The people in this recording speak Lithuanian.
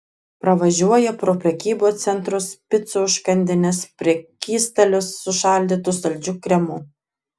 pravažiuoja pro prekybos centrus picų užkandines prekystalius su šaldytu saldžiu kremu